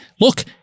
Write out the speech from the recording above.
Look